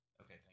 Okay